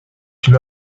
une